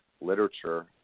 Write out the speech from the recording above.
literature